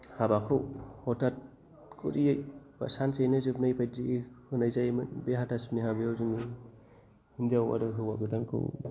हाबाखौ हथातयै बा सानसेयैनो जोबनाय बायदियै होनाय जायोमोन बे हाथासुनि हाबायाव जोङो हिनजाव आरो हौवा गोदानखौ